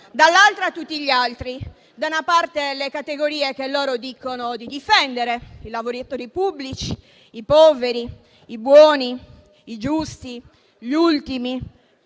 dall'altra tutti gli altri. Da una parte le categorie che dicono di difendere, come i lavoratori pubblici, i poveri, i buoni, i giusti e gli ultimi,